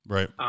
Right